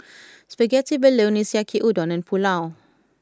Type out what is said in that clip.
Spaghetti Bolognese Yaki Udon and Pulao